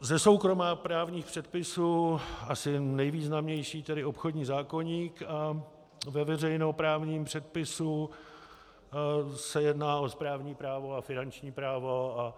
Ze soukromoprávních předpisů asi nejvýznamnější obchodní zákoník a ve veřejnoprávním předpisu se jedná o správní právo a finanční právo.